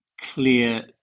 clear